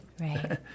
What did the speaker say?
Right